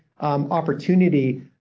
opportunity